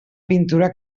pintura